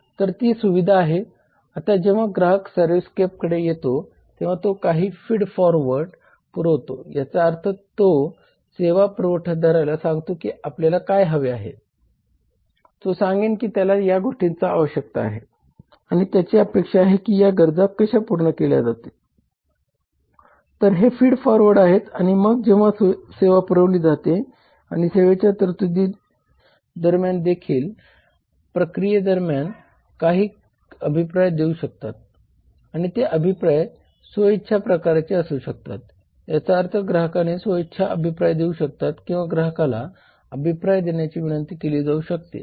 तर ती सुविधा आहे आता जेव्हा ग्राहक सर्व्हिसस्केपकडे येतो तेव्हा तो काही फीड फॉरवर्ड पुरवतो याचा अर्थ तो सेवा पुरवठादाराला सांगतो की आपल्याला काय हवे आहे तो सांगेन की त्याला या गोष्टींची आवश्यकता आहे आणि त्याची अपेक्षा आहे की या गरजा कशा पूर्ण केल्या जातील तर हे फीड फॉरवर्ड आहेत आणि मग जेव्हा सेवा पुरवली जाते आणि सेवेच्या तरतुदी दरम्यान देखील प्रक्रियेदरम्यान ग्राहक काही अभिप्राय देऊ शकतात आणि ते अभिप्राय स्व इच्छा प्रकाराचे असू शकतात याचा अर्थ ग्राहक स्व इच्छेने अभिप्राय देऊ शकतात किंवा ग्राहकाला अभिप्राय देण्याची विनंती केली जाऊ शकते